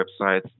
websites